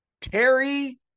Terry